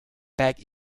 back